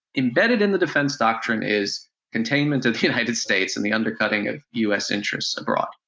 embedded in the defense doctrine is containment of the united states and the undercutting of us interests abroad.